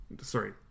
Sorry